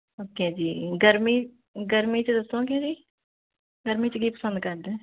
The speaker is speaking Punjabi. ਓਕੇ ਜੀ ਗਰਮੀ ਗਰਮੀ 'ਚ ਦੱਸੋਗੇ ਜੀ ਗਰਮੀ 'ਚ ਕੀ ਪਸੰਦ ਕਰਦੇ